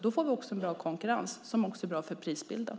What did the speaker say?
Då får vi också en bra konkurrens, vilket är bra för prisbilden.